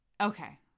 Okay